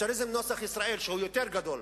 תאצ'ריזם נוסח ישראל, שהוא יותר גדול,